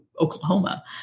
Oklahoma